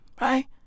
Right